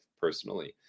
personally